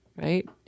right